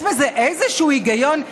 יש בזה איזשהו היגיון?